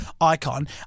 icon